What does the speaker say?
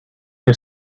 his